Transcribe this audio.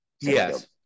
Yes